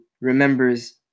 remembers